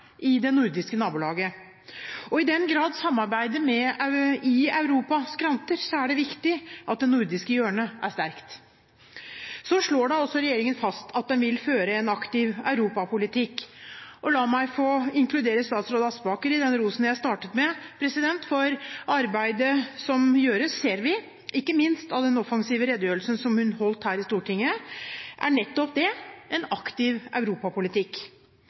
i det nordiske nabolaget. Og i den grad samarbeidet i Europa skranter, er det viktig at det nordiske hjørnet er sterkt. Så slår da også regjeringen fast at den vil føre en aktiv europapolitikk. Og la meg få inkludere statsråd Aspaker i den rosen som jeg startet med, for arbeidet som gjøres, ser vi – ikke minst av den offensive redegjørelsen som hun holdt her i Stortinget – er nettopp det: en aktiv europapolitikk.